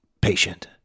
patient